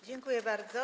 Dziękuję bardzo.